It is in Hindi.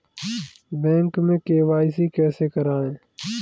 बैंक में के.वाई.सी कैसे करायें?